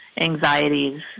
anxieties